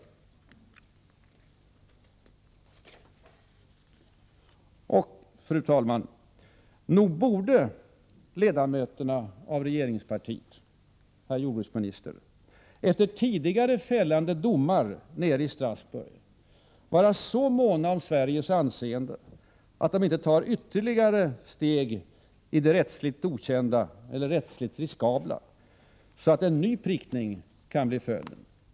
Och, herr jordbruksminister, nog borde ledamöterna av regeringspartiet efter tidigare fällande domar nere i Strasbourg vara så måna om Sveriges anseende att de inte tog ytterligare steg ut i det rättsligt riskabla, så att en ny prickning kan bli följden.